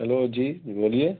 hello جی بولیے